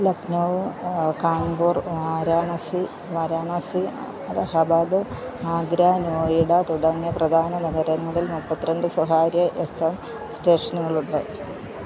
ലക്നൗ കാൺപൂർ വാരാണസി വാരാണസി അലഹബാദ് ആഗ്ര നോയിഡ തുടങ്ങിയ പ്രധാന നഗരങ്ങളിൽ മുപ്പത്തി രണ്ട് സ്വകാര്യ എഫ് എം സ്റ്റേഷനുകളുണ്ട്